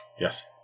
Yes